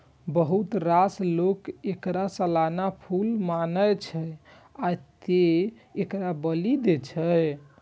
बहुत रास लोक एकरा सालाना फूल मानै छै, आ तें एकरा बदलि दै छै